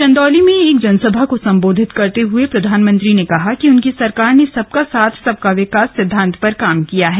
चंदौली में एक जनसभा को संबोधित करते हुए प्रधानमंत्री ने कहा कि उनकी सरकार ने सबका साथ सबका विकास सिद्धांत पर काम किया है